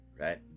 right